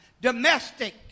domestic